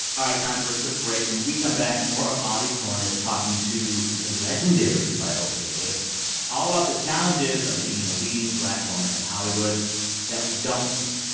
all right, time for a quick break. when we come back, more of audie cornish talking to the legendary viola davis all about the challenges of being a leading black woman in hollywood that we don't see.